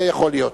זה יכול להיות.